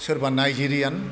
सोरबा नाइजेरियान